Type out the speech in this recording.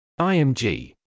IMG